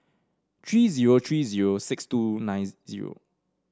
three zero three zero six two nine zero